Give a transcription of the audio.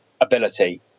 ability